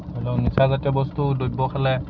তেওঁ নিচাজাতীয় বস্তু দ্ৰব্য খালে